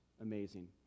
Amazing